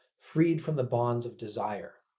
freed from the bonds of desire.